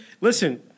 Listen